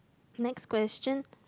next question